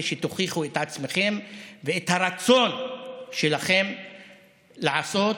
שתוכיחו את עצמכם ואת הרצון שלכם לעשות,